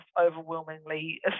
overwhelmingly